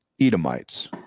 Edomites